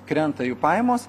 krenta jų pajamos